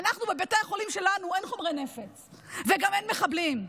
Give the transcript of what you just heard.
בבתי החולים שלנו אין חומרי נפץ וגם אין מחבלים,